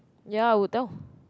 ya I would tell